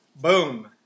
boom